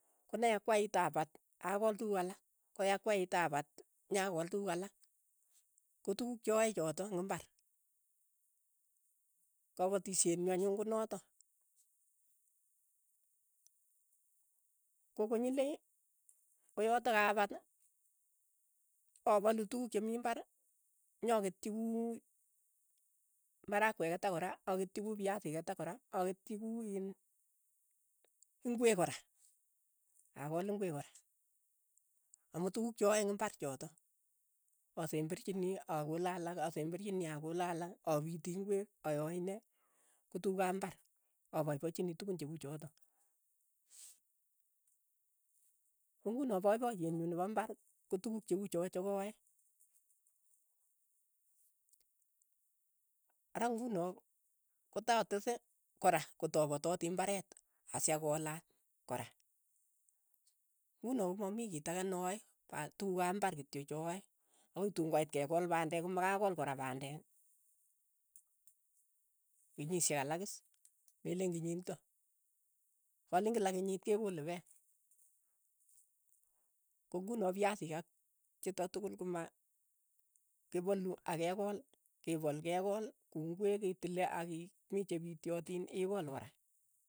Konayakwait apat, akool tukul alak, koyakwait apat, nyakool tukuk alak, ko tukuk cha aae chotok eng' imbar, kapatishet nyu anyun konotok, ko konyilei koyatak kapati apalu tukuk che mii imbar, nyaketchi kuu marakwek keta kora, aketchi kufiasiik keta kora, aketchi kuu ingwek kora, akool ingwek kora, amu tukuuk che aae eng' imbar chotok, asemberchini akole alak, asemberchini akole alak, apitii ingweek, ayae nee, kotukuk ap imbar, apaipachinii tukun che uchotok, ko ng'uno paipayeet nyuu nepo imbar ko tukuk che uchoo cha kayae, ara ko nguno kotatese kora kotapatati imbaret sakolatt kora, nguno komamii kiit ake naae, paat tukuk ap imbar kityo cha aae, akoi tuun koit kekool pandek komakakool kora pandek, kenyishek alak iis, mellen kenyit nitok, ngaleen kila kenyit kekole peek, ko nguno fiasiik, ak chutok tukul ko ma kepalu ak kekool, kepol kekool ku ingwek itile ak ii mi chepityotiin ikool kora.